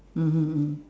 mmhmm mm